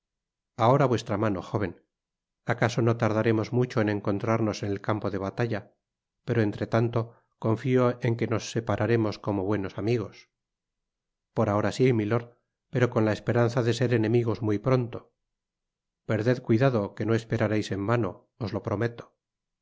ahora vuestra mano jóven acaso no tardaremos mucho en encontrarnos en el campo de batalla pero entretanto confio en que nos separaremos como buenos amigos por ahora sí milord pero con la esperanza de ser enemigos muy pronto perded cuidado que no esperareis en vano os lo prometo